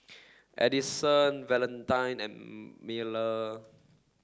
Adison Valentine and Miller